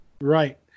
Right